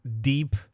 deep